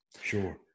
Sure